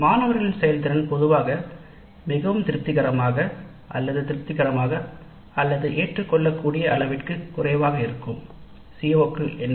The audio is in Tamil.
மாணவர்களின் செயல்திறன் பொதுவாக மிகவும் திருப்திகரமாக அல்லது ஏற்றுக்கொள்ளக்கூடிய திருப்திஅற்றதாக உள்ளதா என்பதைக் குறித்த சிஓக்கள் என்ன